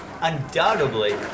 undoubtedly